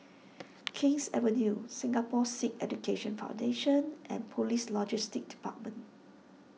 King's Avenue Singapore Sikh Education Foundation and Police Logistics Department